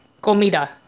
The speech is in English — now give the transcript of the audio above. Comida